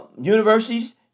universities